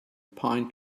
pine